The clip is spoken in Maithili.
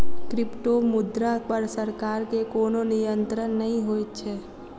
क्रिप्टोमुद्रा पर सरकार के कोनो नियंत्रण नै होइत छै